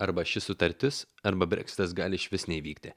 arba ši sutartis arba breksitas gali išvis neįvykti